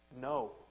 no